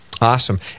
Awesome